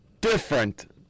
different